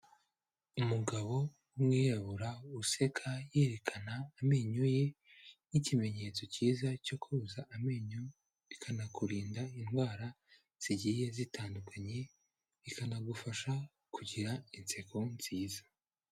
Umugabo w'umwirabura useka yerekana amenyo ye nk'ikimenyetso cyiza cyo koza amenyo bikanakurinda indwara zigiye zitandukanye, ikanagufasha kugira inseko nziza.